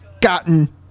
gotten